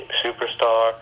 superstar